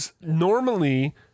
normally